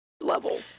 level